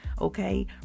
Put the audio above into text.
Okay